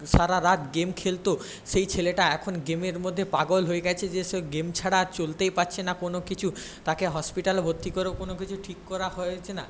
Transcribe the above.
সারা রাত গেম খেলত সেই ছেলেটা এখন গেমের মধ্যে পাগল হয়ে গিয়েছে যে সে গেম ছাড়া আর চলতেই পারছে না কোনো কিছু তাকে হসপিটালে ভর্তি করেও কোনো কিছু ঠিক করা হয়ে যাচ্ছে না